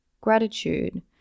gratitude